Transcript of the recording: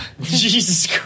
Jesus